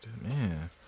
Man